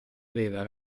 aveva